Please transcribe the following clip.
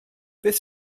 beth